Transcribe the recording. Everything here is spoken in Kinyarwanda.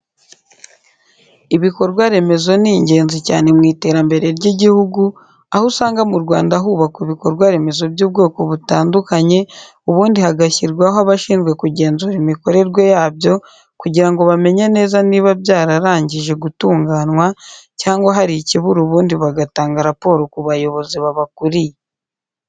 Ibikorwa remezo ni ingenzi cyane mu iterambere ry'igihugu, aho usanga mu Rwanda hubakwa ibikorwa remezo by'ubwoko butandukanye ubundi hagashyirwaho abashinzwe kugenzura imikorerwe yabyo kugira ngo bamenye neza niba byararangije gutunganwa cyangwa hari ikibura ubundi bagatanga raporo ku bayobozi babakuriye.